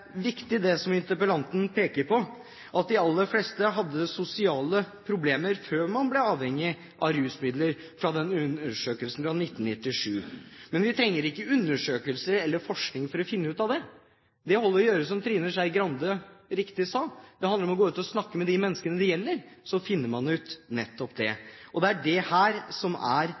viktig det som interpellanten peker på, at de aller fleste hadde sosiale problemer før man ble avhengig av rusmidler, som vises i den undersøkelsen fra 1997. Men vi trenger ikke undersøkelser eller forskning for å finne ut av det. Det holder å gjøre som Trine Skei Grande riktig sa, gå ut og snakke med de menneskene det gjelder. Da finner man ut nettopp det. Det er dette som er